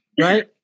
Right